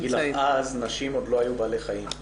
אני אגיד לך אז נשים לא היו בעלי חיים.